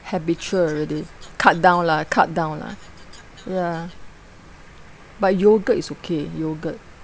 habitual already cut down lah cut down lah ya but yogurt is okay yogurt